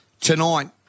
Tonight